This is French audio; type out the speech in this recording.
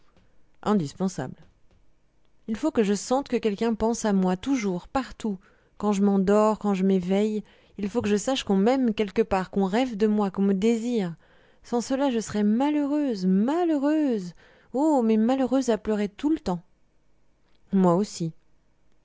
indispensable indispensable indispensable il faut que je sente que quelqu'un pense à moi toujours partout quand je m'endors quand je m'éveille il faut que je sache qu'on m'aime quelque part qu'on rêve de moi qu'on me désire sans cela je serais malheureuse malheureuse oh mais malheureuse à pleurer tout le temps moi aussi